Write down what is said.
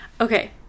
Okay